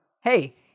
Hey